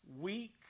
weak